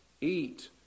eat